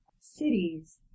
cities